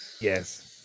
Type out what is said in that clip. Yes